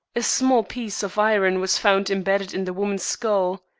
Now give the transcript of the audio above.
a small piece of iron was found imbedded in the woman's skull.